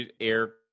air